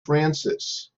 francis